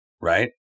right